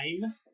time